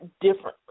differently